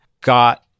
got